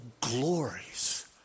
glories